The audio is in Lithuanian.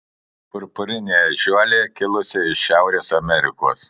purpurinė ežiuolė kilusi iš šiaurės amerikos